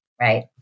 right